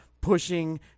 pushing